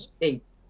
eight